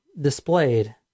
displayed